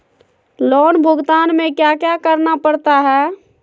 loan भुगतान में क्या क्या करना पड़ता है